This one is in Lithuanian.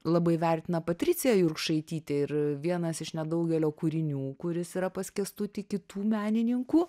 labai vertina patriciją jurkšaitytę ir vienas iš nedaugelio kūrinių kuris yra pas kęstutį kitų menininkų